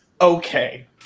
okay